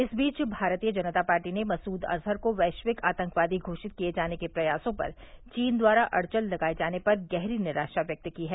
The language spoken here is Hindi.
इस बीच भारतीय जनता पार्टी ने मसूद अजहर को वैश्विक आतंकवादी घोषित किये जाने के प्रयासों पर चीन द्वारा अड्यन लगाये जाने पर गहरी निराशा व्यक्त की है